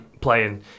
playing